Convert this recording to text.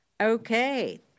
Okay